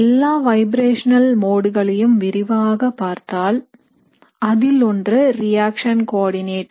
எல்லா வைப்ரேஷனல் மோடுகளையும் விரிவாக பார்த்தால் அதில் ஒன்று ரியாக்சன் கோஆர்டிநேட்